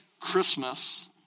Christmas